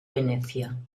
venecia